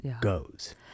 goes